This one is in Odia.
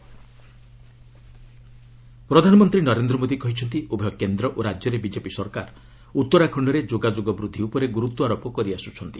ପିଏମ୍ ରୁଦ୍ରପୁର ପ୍ରଧାନମନ୍ତ୍ରୀ ନରେନ୍ଦ୍ର ମୋଦି କହିଛନ୍ତି ଉଭୟ କେନ୍ଦ୍ର ଓ ରାଜ୍ୟରେ ବିଜେପି ସରକାର ଉତ୍ତରାଖଣ୍ଡରେ ଯୋଗାଯୋଗ ବୃଦ୍ଧି ଉପରେ ଗୁରୁତ୍ୱାରୋପ କରି ଆସୁଛନ୍ତି